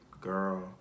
girl